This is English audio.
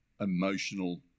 emotional